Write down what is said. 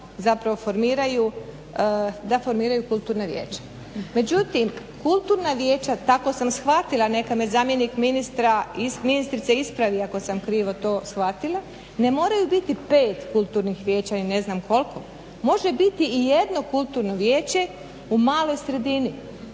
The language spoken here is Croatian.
da formiraju kulturna vijeća. Međutim kulturna vijeća tako sam shvatila, neka me zamjenik ministrice ispravi ako sam to krivo shvatila, ne moraju biti pet kulturnih vijeća i ne znam koliko, može biti i jedno kulturno vijeće u maloj sredini.